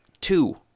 two